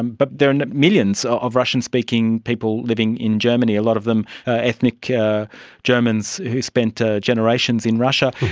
um but there are and millions of russian speaking people living in germany, a lot of them ethnic yeah germans who spent ah generations in russia.